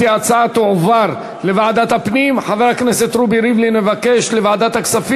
ההצעה להפוך את הצעת חוק לתיקון פקודת מסי העירייה ומסי הממשלה